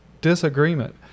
disagreement